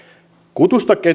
kutusta